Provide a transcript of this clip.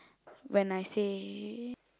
when I say